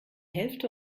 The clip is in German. hälfte